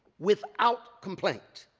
without complaint,